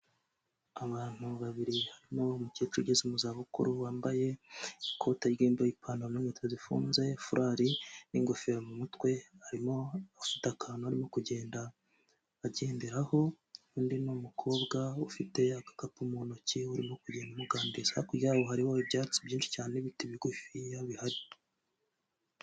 Abantu babiri harimo umukecuru ugeze mu za bukuru wambaye ikote ry'imbeho, ipantaro n'inkweto zifunze, furari n'ingofero mu mutwe harimo ufite akantu arimo kugenda agenderaho undi ni umukobwa ufite agakapu mu ntoki urimo kugenda amuganiriza hakurya yabo hariho ibyatsi byinshi cyane n'ibiti bigufiya bihari.